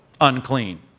unclean